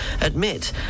admit